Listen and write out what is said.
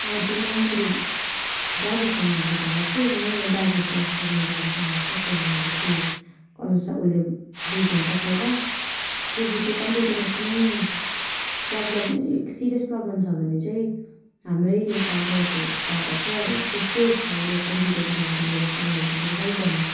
हजुर म मेरो दाजुसँग कुरा गर्छु मेरो दाजु मेरो फर्स्ट त मेरो दाजुसँग यसो कुरा गरेर के कसो छ उसले बुझ्नुहुन्छ पहिला त्योपछि कम्प्युटरमा कुनै प्रब्लम सिरियस प्रब्लम छ भने चाहिँ हाम्रै एउटा गाउँको दादा छ उसको स्टोर छ उसले कम्प्युटरदेखिको लिएर फोनहरूदेखिको लिएर सबै बनाउँछ